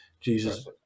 Jesus